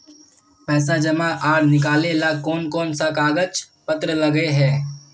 पैसा जमा आर निकाले ला कोन कोन सा कागज पत्र लगे है?